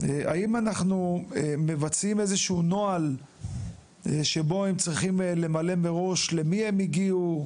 האם אנחנו מבצעים איזשהו נוהל שבו הם צריכים למלא מראש למי הם הגיעו?